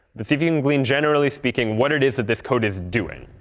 but see if you can glean, generally speaking, what it is that this code is doing.